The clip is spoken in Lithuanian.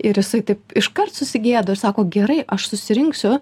ir jisai taip iškart susigėdo ir sako gerai aš susirinksiu